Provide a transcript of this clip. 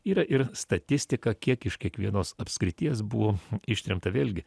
yra ir statistika kiek iš kiekvienos apskrities buvo ištremta vėlgi